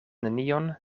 nenion